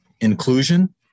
inclusion